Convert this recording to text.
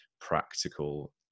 practical